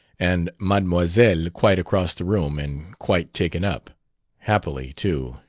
and mademoiselle, quite across the room, and quite taken up happily, too,